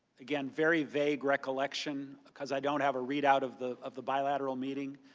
again very vague recollections because i don't have a readout of the of the bilateral meeting.